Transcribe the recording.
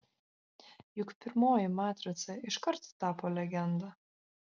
juk pirmoji matrica iškart tapo legenda